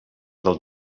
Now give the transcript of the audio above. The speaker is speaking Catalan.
del